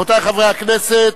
רבותי חברי הכנסת,